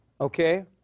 Okay